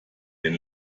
den